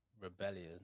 rebellion